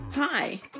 Hi